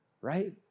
right